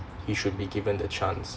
you should be given the chance